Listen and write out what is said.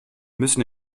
müssen